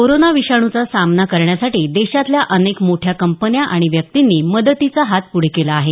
corona विषाणूचा सामना करण्यासाठी देशातल्या अनेक मोठ्या कंपन्या आणि व्यक्तींनी मदतीचा हात पुढे केला आहे